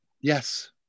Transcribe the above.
Yes